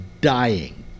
dying